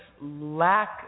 lack